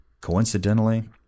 Coincidentally